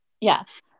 Yes